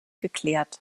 geklärt